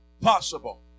possible